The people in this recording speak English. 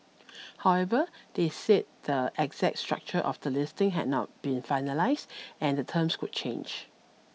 however they said the exact structure of the listing had not been finalised and the terms could change